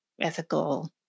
ethical